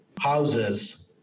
houses